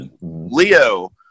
Leo